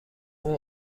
اون